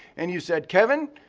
and you said, kevin,